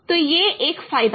तो यह एक फायदा है